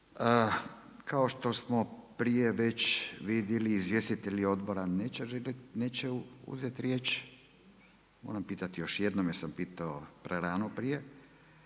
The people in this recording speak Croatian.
Kao što smo prije već vidjeli izvjestitelji odbora neće uzeti riječ. Moram pitati još jednom jer sam pitao prerano prije.